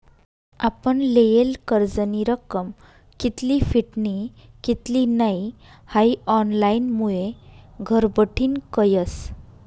आपण लेयेल कर्जनी रक्कम कित्ली फिटनी कित्ली नै हाई ऑनलाईनमुये घरबठीन कयस